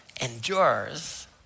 endures